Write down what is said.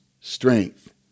strength